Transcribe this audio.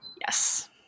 yes